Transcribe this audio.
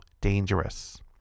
dangerous